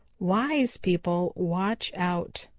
wise people watch out.